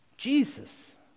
Jesus